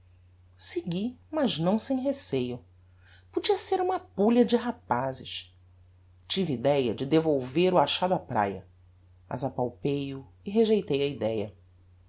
segui mas não sem receio podia ser uma pulha de rapazes tive idéa de devolver o achado á praia mas apalpei o e rejeitei a idea